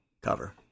Cover